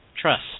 Trust